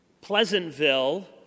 Pleasantville